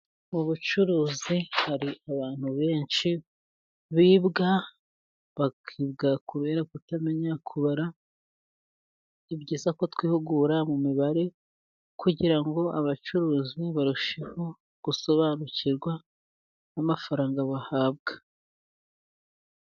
Mu bucuruzi hari abantu benshi bibwa bakiga kubera kutamenya kubara ni byiza ko twihugura mu mibare, kugira ngo abacuruzi barusheho gusobanukirwa n'amafaranga bahabwa.